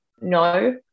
No